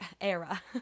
Era